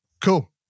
Cool